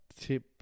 tip